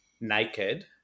naked